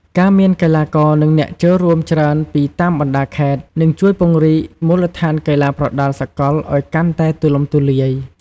ការមានកីឡាករ និងអ្នកចូលរួមច្រើនពីតាមបណ្តាខេត្ត នឹងជួយពង្រីកមូលដ្ឋានកីឡាប្រដាល់សកលឲ្យកាន់តែទូលំទូលាយ។